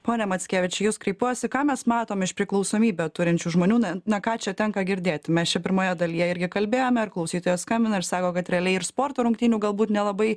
pone mackevič į jus kreipiuosi ką mes matom iš priklausomybę turinčių žmonių na na ką čia tenka girdėt mes čia pirmoje dalyje irgi kalbėjome ar klausytojas skambina ir sako kad realiai ir sporto rungtynių galbūt nelabai